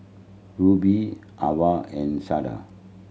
Rube Avah and Sharde